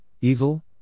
evil